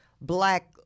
black